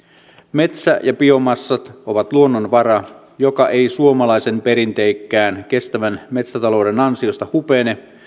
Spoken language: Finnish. metsä ja biomassat ovat luonnonvara joka ei suomalaisen perinteikkään kestävän metsätalouden ansiosta hupene